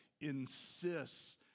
insists